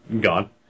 gone